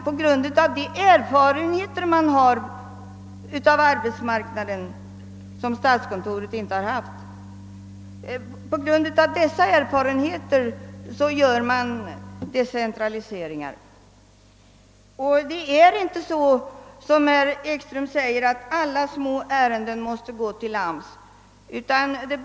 På grund av de erfarenheter man har av arbetsmarknaden gör man decentraliseringar. Statskontoret har inte några sådana erfarenheter. Herr Ekström säger att alla småärenden måste gå till AMS, men så är inte fallet.